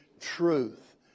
truth